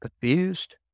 confused